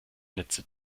netze